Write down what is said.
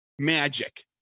magic